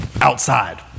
outside